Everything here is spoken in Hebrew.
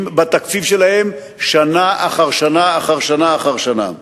בתקציב שלהם שנה אחר שנה אחר שנה אחר שנה?